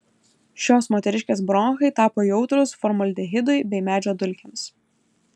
šios moteriškės bronchai tapo jautrūs formaldehidui bei medžio dulkėms